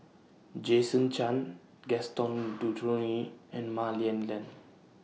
Jason Chan Gaston and Mah Lian Len